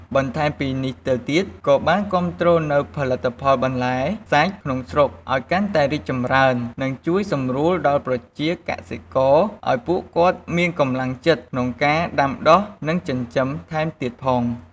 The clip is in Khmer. បន្ថែមពីនេះទៅទៀត ក៏បានគាំទ្រនូវផលិតផលបន្លែ សាច់ ក្នុងស្រុកឲ្យកាន់តែរីកចម្រើននិងជួយសម្រួលដល់ប្រជាកសិករឲ្យពួកគាត់មានកម្លាំងចិត្តក្នុងការដាំដុះនិងចិញ្ចឹមថែមទៀតផង។